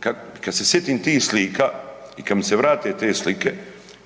Kada se sitim tih slika i kada mi se vrate te slike,